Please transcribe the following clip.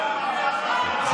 רבותיי.